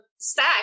stack